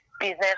business